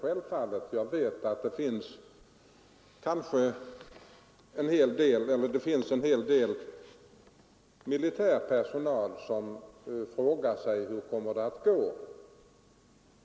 Jag vet att det finns en hel del militär personal som frågar sig: Hur kommer detta att gå?